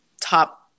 top